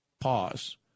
Pause